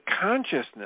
consciousness